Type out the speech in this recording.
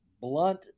blunt